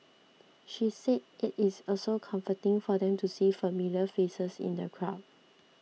she said it is also comforting for them to see familiar faces in the crowd